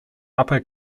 upper